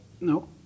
No